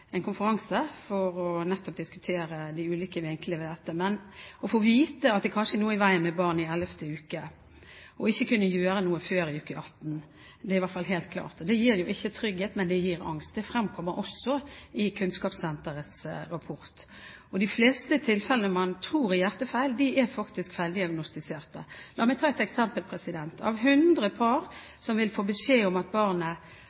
konferanse for nettopp å diskutere de ulike vinklene ved dette. Men å få vite at det kanskje er noe i veien med barnet i 11. uke og ikke kunne gjøre noe før i uke 18, er i hvert fall helt klart at ikke gir trygghet, det gir angst. Det fremkommer også av Kunnskapssenterets rapport. De fleste tilfellene man tror er hjertefeil, er faktisk feildiagnostiserte. La meg ta et eksempel: Når 100